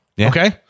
Okay